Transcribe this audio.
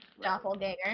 doppelganger